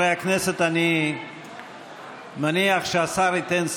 אני יודע, הוא מכין נאום אחר.